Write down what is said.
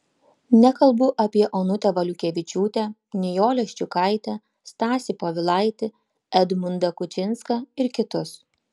nekalbu apie onutę valiukevičiūtę nijolę ščiukaitę stasį povilaitį edmundą kučinską ir kitus